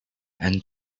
and